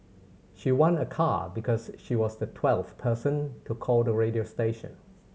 she won a car because she was the twelve person to call the radio station